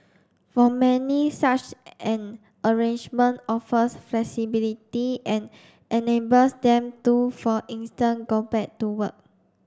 for many such an arrangement offers flexibility and enables them to for instance go back to work